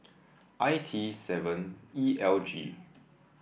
I T seven E L G